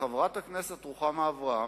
וחברת הכנסת רוחמה אברהם,